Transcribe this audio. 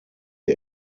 die